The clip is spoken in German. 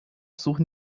suchen